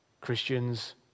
Christians